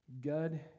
God